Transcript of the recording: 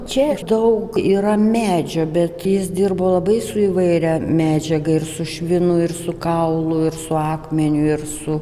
čia daug yra medžio bet jis dirbo labai su įvairia medžiaga ir su švinu ir su kaulu ir su akmeniu ir su